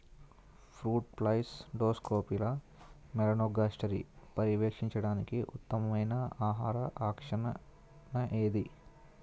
Fruit flies drosophila మెలనోగాస్టర్ని పర్యవేక్షించడానికి ఉత్తమమైన ఆహార ఆకర్షణ ఏది?